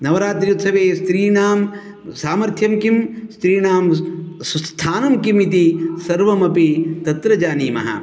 नवरात्रि उत्सवे स्त्रीणां सामर्थ्यं किं स्त्रीणां सुस्थानं किम् इति सर्वमपि तत्र जानीमः